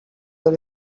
your